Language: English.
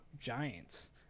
Giants